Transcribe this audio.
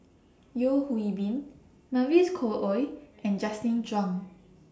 Yeo Hwee Bin Mavis Khoo Oei and Justin Zhuang